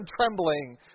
trembling